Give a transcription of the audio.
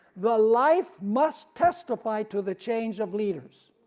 the life must testify to the change of leaders.